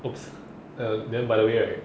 !oops! uh then by the way right